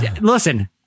listen